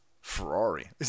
ferrari